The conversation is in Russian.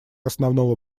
основного